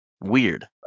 Weird